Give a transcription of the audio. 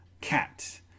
cat